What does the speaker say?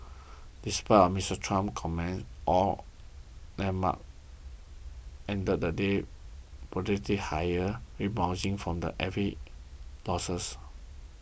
despite Mister Trump's comments oil benchmarks ended the day modestly higher rebounding from every losses